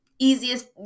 Easiest